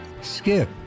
Skip